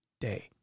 day